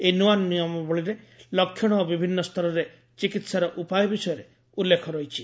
ଏହି ନୂଆ ନିୟମାବଳୀରେ ଲକ୍ଷଣ ଓ ବିଭିନ୍ନ ସ୍ତରରେ ଚିକିତ୍ସାର ଉପାୟ ବିଷୟରେ ଉଲ୍ଲ୍ଖେଖ ରହିଛି